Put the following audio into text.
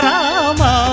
Rama